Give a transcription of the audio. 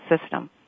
system